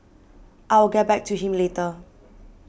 I will get back to him later